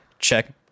Check